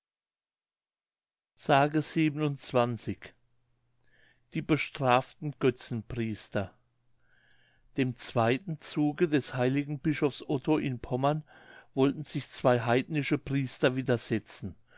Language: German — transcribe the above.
s die bestraften götzenpriester dem zweiten zuge des heiligen bischofs otto in pommern wollten sich zwei heidnische priester widersetzen